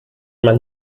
man